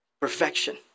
Perfection